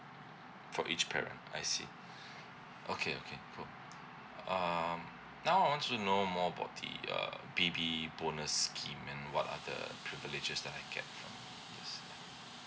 for each parent I see okay okay cool um now I want to know more about the uh baby bonus scheme and what are the privileges that I get from this ya